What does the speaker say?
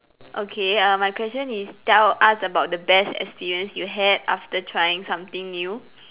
okay uh my question is tell us about the best experience you had after trying something new